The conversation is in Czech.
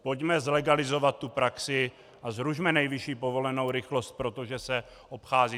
Pojďme zlegalizovat tu praxi a zrušme nejvyšší povolenou rychlost, protože se obchází!